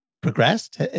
progressed